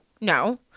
No